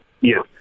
Yes